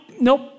nope